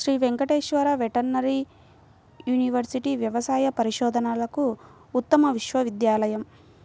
Shri Venkateswara veterinary university వ్యవసాయ పరిశోధనలకు ఉత్తమ విశ్వవిద్యాలయం